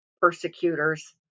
persecutors